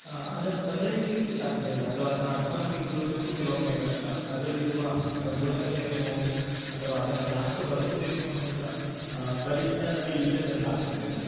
ಅದನ್ನು ಬದಲಾಯಿಸಲಿಕ್ಕೆ ಸಾಧ್ಯ ಇಲ್ಲ ಅಥವಾ ಅದನ್ನು ಅರ್ಥ ಮಾಡಿಕೊಲ್ಲುವುದಕ್ಕೂ ಕೆಲವೊಮ್ಮೆ ಕಷ್ಟ ಅದರಲ್ಲಿರುವ ಗುಣಗಳೇನು ಅಥವಾ ಅದನ್ನು ಯಾಕೆ ಬಳಸ್ಬೇಕು ಅನ್ನುವುದರ ಪರಿಜ್ಞಾನವೇ ಇಲ್ಲದಂತಾಗ್ತದೆ ಅಂತ